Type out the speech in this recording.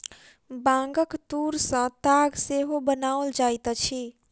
बांगक तूर सॅ ताग सेहो बनाओल जाइत अछि